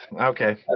Okay